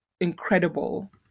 incredible